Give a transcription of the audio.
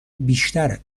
بیشتر